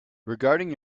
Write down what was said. regarding